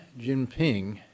Jinping